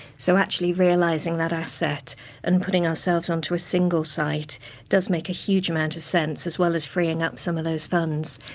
so, actually realising that asset and putting ourselves on to a single site does make a huge amount of sense, as well as freeing up some of those funds.